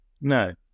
no